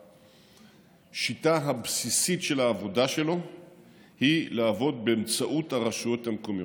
השיטה הבסיסית של העבודה שלו היא לעבוד באמצעות הרשויות המקומיות.